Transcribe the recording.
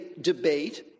debate